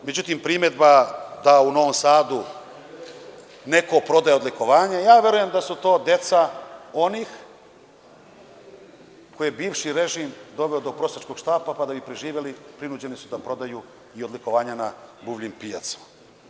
Međutim, primedba da u Novom Sadu neko prodaje odlikovanja, verujem da su to deca onih koje je bivši režim doveo do prosjačkog štapa, pa da bi preživeli, prinuđeni su da prodaju i odlikovanja na buvljim pijacama.